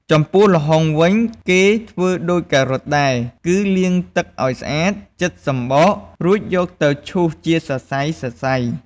ចំពោះល្ហុងវិញ គេធ្វើដូចការ៉ុតដែរ គឺលាងទឹកឱ្យស្អាត ចិតសំបក រួចយកទៅឈូសជាសរសៃៗ។